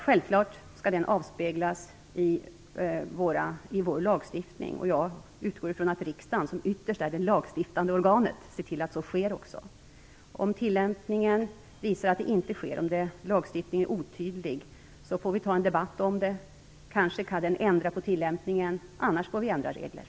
Självfallet skall barnkonventionen avspeglas i vår lagstiftning, och jag utgår ifrån att riksdagen som ytterst är det lagstiftande organet ser till att så också sker. Om tillämpningen visar att så inte sker och att lagstiftningen är otydlig får vi ha en debatt om detta. Kanske kan vi ändra tillämpningen, annars får vi ändra reglerna.